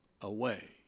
away